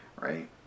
Right